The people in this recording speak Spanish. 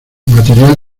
material